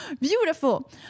Beautiful